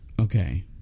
Okay